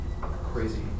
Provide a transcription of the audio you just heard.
crazy